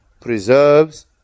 preserves